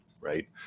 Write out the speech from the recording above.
right